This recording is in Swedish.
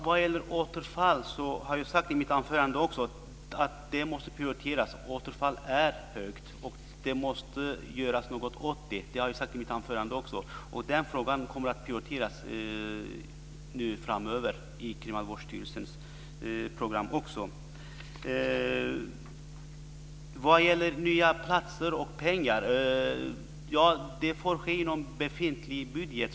Fru talman! Jag sade också i mitt anförande att vi måste prioritera åtgärder mot återfall. Återfallsprocenten är hög. Det måste göras något åt det. Det sade jag i mitt anförande. Den frågan kommer att prioriteras framöver i Kriminalvårdsstyrelsens program. Ökningen av antalet platser får ske inom befintlig budget.